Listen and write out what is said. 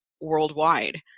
worldwide